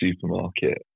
supermarket